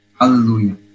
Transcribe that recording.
Hallelujah